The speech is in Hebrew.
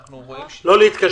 אנחנו רואים שיש --- לא להתקשר